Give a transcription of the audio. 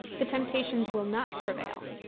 the temptations will not prevail.